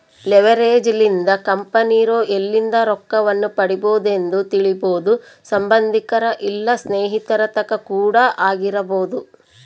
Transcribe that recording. leverage ಲಿಂದ ಕಂಪೆನಿರೊ ಎಲ್ಲಿಂದ ರೊಕ್ಕವನ್ನು ಪಡಿಬೊದೆಂದು ತಿಳಿಬೊದು ಸಂಬಂದಿಕರ ಇಲ್ಲ ಸ್ನೇಹಿತರ ತಕ ಕೂಡ ಆಗಿರಬೊದು